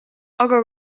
aga